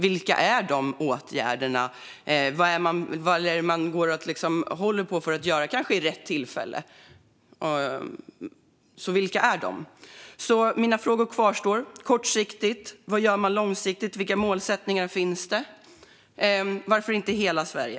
Vilka är dessa åtgärder som man kanske håller på för att vidta vid rätt tillfälle? Som sagt kvarstår mina frågor. Vad gör man kortsiktigt? Vad gör man långsiktigt? Vilka målsättningar finns det? Varför omfattas inte hela Sverige?